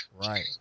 Right